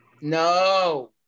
No